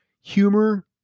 humor